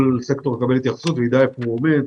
סקטור יקבל התייחסות ויידע איפה הוא עומד